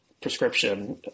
prescription